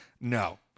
No